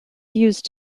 used